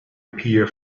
appear